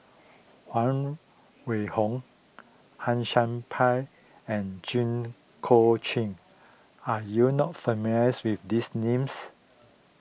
Huang Wenhong Han Sai Por and Jit Koon Ch'ng are you not familiar with these names